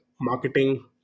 marketing